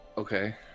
Okay